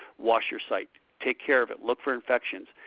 wash your site. take care of it. look for infections.